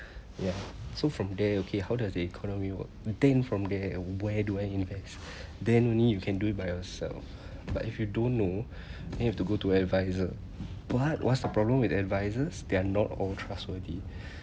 ya so from there okay how does the economy work then from there where do I invest then only you can do it by yourself but if you don't know you have to go to adviser perhaps what's the problem with advisers they're not all trustworthy